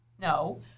No